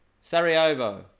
Sarajevo